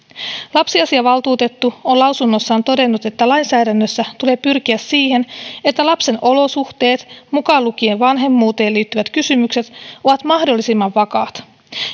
lapsiasiavaltuutettu on lausunnossaan todennut että lainsäädännössä tulee pyrkiä siihen että lapsen olosuhteet mukaan lukien vanhemmuuteen liittyvät kysymykset ovat mahdollisimman vakaat